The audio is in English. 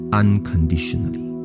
unconditionally